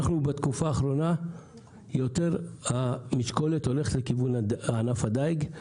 בתקופה האחרונה המשקולת בענף הדיג הולכת